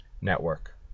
Network